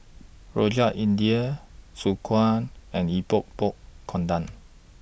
Rojak India Soon Kway and Epok Epok Kentang